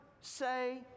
Say